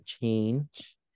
change